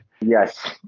Yes